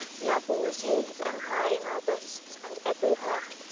love will resume his empire in our breasts, and every heart,